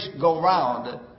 go-round